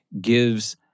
gives